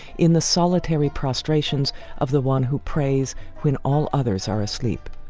in the solitary prostrations of the one who prays when all others are asleep.